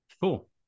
cool